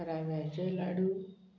राव्याचे लाडू